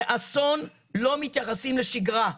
באסון לא מתייחסים לשגרה,